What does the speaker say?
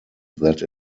that